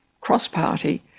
cross-party